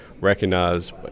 recognize